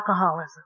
alcoholism